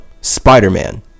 Spider-Man